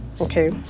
Okay